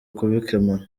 kubikemura